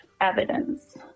evidence